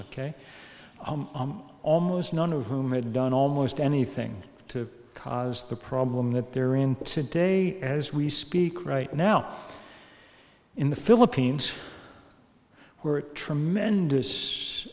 ok almost none of whom had done almost anything to cause the problem that they're in today as we speak right now in the philippines where a tremendous